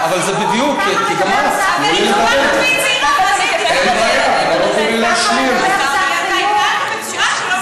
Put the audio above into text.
אבל זה בדיוק, כי גם את, אין בעיה, אבל לא